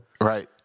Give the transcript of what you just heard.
Right